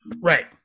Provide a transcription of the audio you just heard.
Right